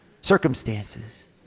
circumstances